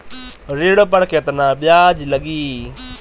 ऋण पर केतना ब्याज लगी?